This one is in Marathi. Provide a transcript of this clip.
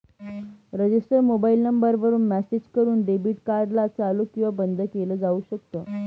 रजिस्टर मोबाईल नंबर वरून मेसेज करून डेबिट कार्ड ला चालू किंवा बंद केलं जाऊ शकता